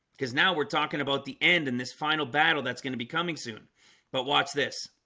because now we're talking about the end in this final battle that's going to be coming soon but watch this